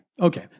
Okay